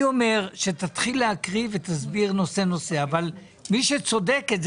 אני אומר שתתחיל להקריא ותסביר נושא-נושא אבל מי שצודקת,